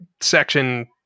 section